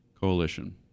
Coalition